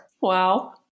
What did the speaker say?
Wow